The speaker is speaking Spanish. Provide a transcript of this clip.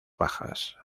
bajas